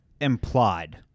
implied